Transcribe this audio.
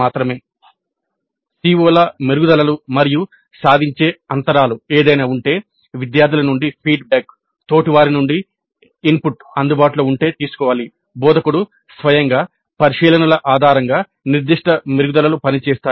CO మెరుగుదలలు మరియు సాధించే అంతరాలు బోధకుడు స్వయంగా పరిశీలనల ఆధారంగా నిర్దిష్ట మెరుగుదలలు పనిచేస్తాయి